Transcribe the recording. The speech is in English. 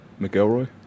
McElroy